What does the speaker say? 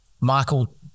Michael